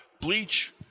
Bleach